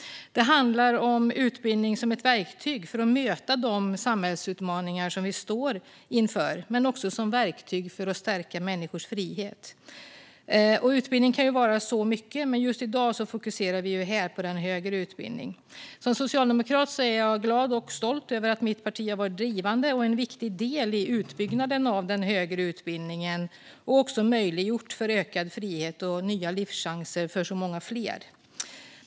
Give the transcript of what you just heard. Det handlar om utbildning som ett verktyg för att möta de samhällsutmaningar som vi står inför men också som ett verktyg för att stärka människors frihet. Utbildning kan vara så mycket. Men just nu fokuserar vi på den högre utbildningen. Som socialdemokrat är jag glad och stolt över att mitt parti har varit drivande och en viktig del i utbyggnaden av den högre utbildningen och också möjliggjort för ökad frihet och nya livschanser för så många fler.